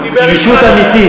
הוא דיבר אתך, רגישות אמיתית.